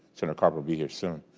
senator carper will be here soon.